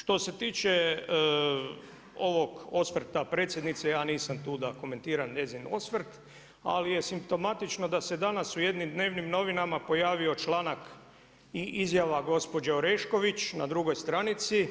Što se tiče ovog osvrta predsjednice, ja nisam tu da komentiram njezin osvrt ali je simptomatično da se danas u jednim dnevnim novinama pojavio članak i izjava gospođe Orešković na drugoj stranici